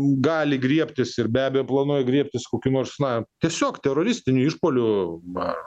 gali griebtis ir be abejo planuoja griebtis kokių nors na tiesiog teroristinių išpuolių ma